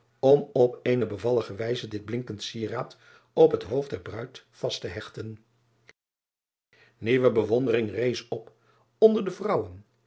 om op eene bevallige wijze dit blinkend sieraad op het hoofd der ruid vast te hechten ieuwe bewondering rees op onder de vrouwen